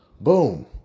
boom